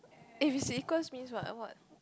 if it's equals means what what